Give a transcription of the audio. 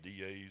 Das